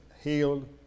healed